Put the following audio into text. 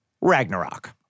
Ragnarok